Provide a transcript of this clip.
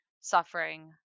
suffering